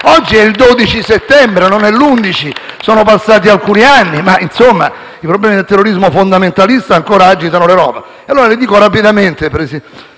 Oggi è il 12 settembre, non è l'11, sono passati alcuni anni, ma i problemi del terrorismo fondamentalista ancora agitano l'Europa. Le dico allora rapidamente, Presidente,